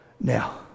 Now